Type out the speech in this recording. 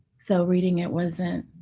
so reading it wasn't,